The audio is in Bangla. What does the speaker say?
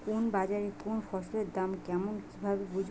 কোন বাজারে কোন ফসলের দাম কেমন কি ভাবে বুঝব?